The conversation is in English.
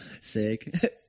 Sick